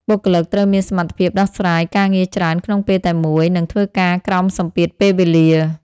បុគ្គលិកត្រូវមានសមត្ថភាពដោះស្រាយការងារច្រើនក្នុងពេលតែមួយ និងធ្វើការក្រោមសម្ពាធពេលវេលា។